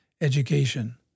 education